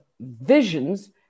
visions